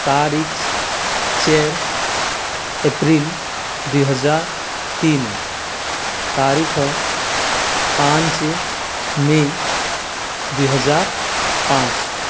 ତାରିଖ ଚାରି ଏପ୍ରିଲ ଦୁଇହଜାର ତିନି ତାରିଖ ପାଞ୍ଚ ମେ ଦୁଇହଜାର ପାଞ୍ଚ